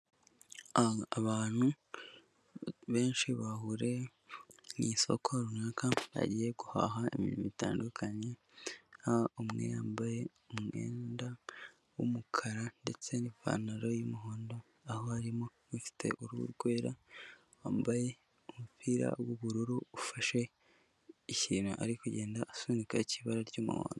Abantu benshi bahuriye mu isoko runaka bagiye guhaha ibintu bitandukanye, umwe yambaye umwenda w'umukara ndetse n'ipantaro y'umuhondo, aho harimo ufite uruhu rwera wambaye umupira w'ubururu ufashe ikintu ari kugenda asunika cy'ibara ry'umuhondo.